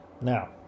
Now